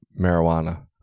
marijuana